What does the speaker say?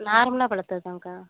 நார்மலா பழுத்தது தாங்க்கா